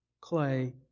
clay